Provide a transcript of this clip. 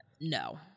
No